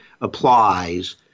applies